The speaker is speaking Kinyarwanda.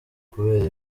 kubera